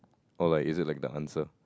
or like is it like the answer